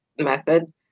method